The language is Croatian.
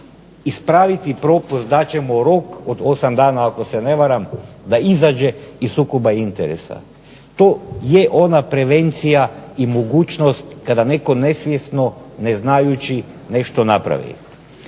ispraviti propust, dat će mu rok od 8 dana ako se ne varam, da izađe iz sukoba interesa. To je ona prevencija i mogućnost kada netko nesvjesno, ne znajući nešto napravi.